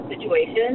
situation